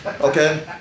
okay